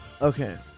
Okay